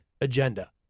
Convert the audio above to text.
agenda